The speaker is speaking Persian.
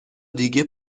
دیگه